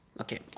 Okay